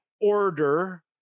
order